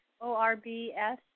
O-R-B-S